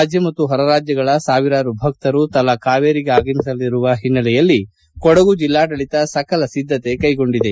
ರಾಜ್ಯ ಮತ್ತು ಹೊರರಾಜ್ಯಗಳ ಸಾವಿರಾರು ಭಕ್ತರು ತಲಾ ಕಾವೇರಿಗೆ ಆಗಮಿಸಲಿರುವ ಒನ್ನೆಲೆಯಲ್ಲಿ ಕೊಡುಗು ಜಿಲ್ಲಾಡಳಿತ ಸಕಲ ಸಿದ್ದತೆ ಕೈಗೊಂಡಿದೆ